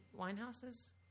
Winehouse's